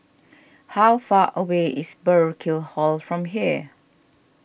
how far away is Burkill Hall from here